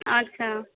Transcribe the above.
अच्छा